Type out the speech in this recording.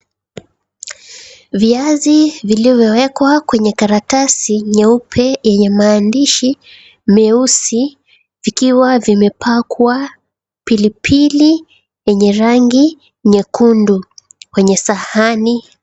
Viazi vilivyowekwa kwenye karatasi nyeupe yenye maandishi meusi vikiwa vimepakwa pilipili yenye rangi nyekundu kwenye sahani.